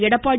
Edappadi